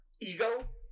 Ego